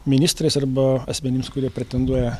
ministrais arba asmenims kurie pretenduoja